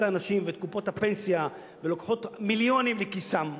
האנשים ואת קופות הפנסיה ולוקחות מיליונים לכיסן,